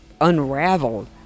unraveled